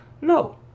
no